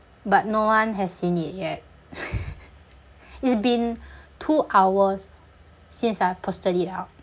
but no one has seen it yet it's been two hours since I posted it out